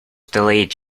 delayed